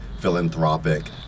philanthropic